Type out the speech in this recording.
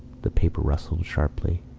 the paper rustled sharply.